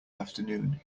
afternoon